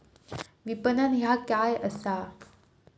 विपणन ह्या काय असा?